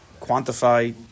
quantify